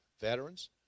veterans